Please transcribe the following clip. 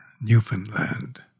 Newfoundland